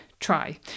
Try